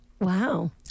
wow